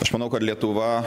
aš manau kad lietuva